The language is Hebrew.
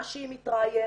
מה שהיא מתראיינת,